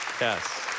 Yes